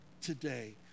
today